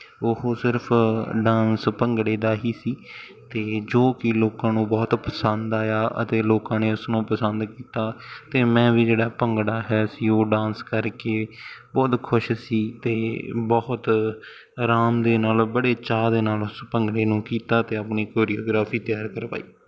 ਉਹ ਸਿਰਫ਼ ਡਾਂਸ ਭੰਗੜੇ ਦਾ ਹੀ ਸੀ ਅਤੇ ਜੋ ਕਿ ਲੋਕਾਂ ਨੂੰ ਬਹੁਤ ਪਸੰਦ ਆਇਆ ਅਤੇ ਲੋਕਾਂ ਨੇ ਉਸ ਨੂੰ ਪਸੰਦ ਕੀਤਾ ਅਤੇ ਮੈਂ ਵੀ ਜਿਹੜਾ ਭੰਗੜਾ ਹੈ ਅਸੀਂ ਉਹ ਡਾਂਸ ਕਰਕੇ ਬਹੁਤ ਖੁਸ਼ ਸੀ ਅਤੇ ਬਹੁਤ ਆਰਾਮ ਦੇ ਨਾਲ ਬੜੇ ਚਾਅ ਦੇ ਨਾਲ ਉਸ ਭੰਗੜੇ ਨੂੰ ਕੀਤਾ ਅਤੇ ਆਪਣੀ ਕੋਰੀਓਗ੍ਰਾਫੀ ਤਿਆਰ ਕਰਵਾਈ